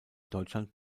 deutschland